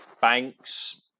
banks